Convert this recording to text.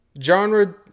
genre